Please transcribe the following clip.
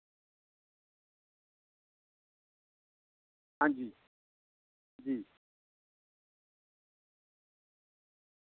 हां जी जी